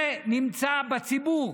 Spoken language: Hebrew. זה נמצא בציבור.